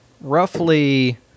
roughly